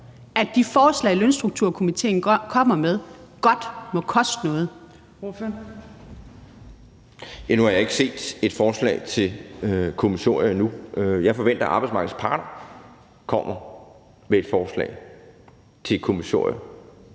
(Trine Torp): Ordføreren. Kl. 14:39 Hans Andersen (V): Nu har jeg ikke set et forslag til kommissorie endnu. Jeg forventer, at arbejdsmarkedets parter kommer med et forslag til et kommissorie.